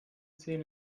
szene